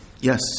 yes